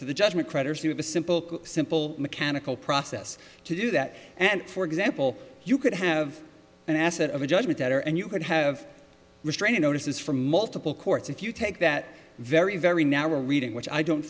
to the judgment creditors who have a simple simple mechanical process to do that and for example you could have an asset of a judgment that her and you could have restraining notices for multiple courts if you take that very very narrow reading which i don't